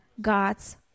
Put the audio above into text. God's